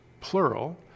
plural